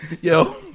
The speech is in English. Yo